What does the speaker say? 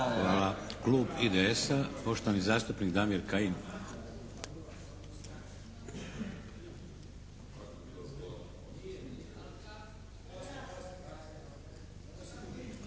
Hvala. Klub IDS-a, poštovani zastupnik Damir Kajin.